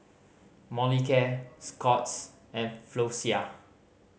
Molicare Scott's and Floxia